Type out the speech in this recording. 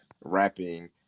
rapping